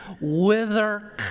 wither